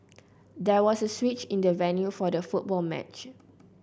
there was a switch in the venue for the football match